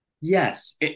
Yes